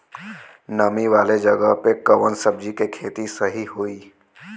नामी वाले जगह पे कवन सब्जी के खेती सही होई?